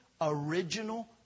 original